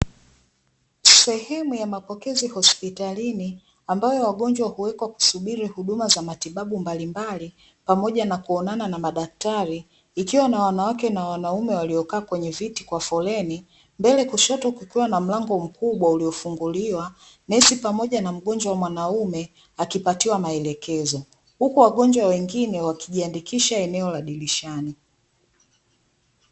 Sehemu ya mapokezi hospitalini ambayo wagonjwa huwekwa kusubiri huduma za matibabu mbalimbali pamoja na kuonana na madaktari, ikiwa na wanawake na wanaume waliokaa kwenye viti kwa foleni. Mbele kushoto kukiwa na mlango mkubwa uliofunguliwa, nesi pamoja na mgonjwa mwanaume akipatiwa maelekezo. Huku wagonjwa wengine wakijiandikisha eneo la dirishani.